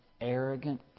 Arrogant